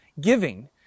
giving